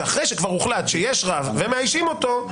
ואחרי שכבר הוחלט שיש רב ומאיישים אותו,